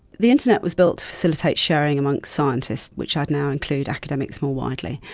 the internet was built to facilitate sharing amongst scientists, which i'd now include academics more widely.